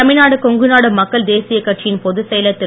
தமிழ்நாடு கொங்குநாடு மக்கள் தேசிய கட்சியின் பொதுச் செயலர் திரு